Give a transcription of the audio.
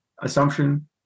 assumption